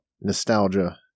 nostalgia